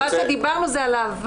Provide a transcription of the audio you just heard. מה שאמרנו זה על העבר.